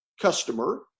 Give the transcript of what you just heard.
customer